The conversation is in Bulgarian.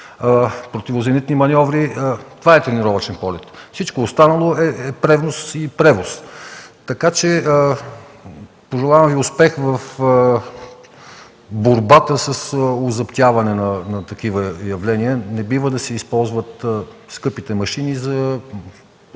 противозенитни маньоври. Това е тренировъчен полет. Всичко останало е превоз и превоз. Пожелавам Ви успех в борбата с озаптяване на такива явления. Не бива да се използват скъпите машини за